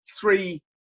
three